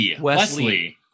Wesley